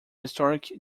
historic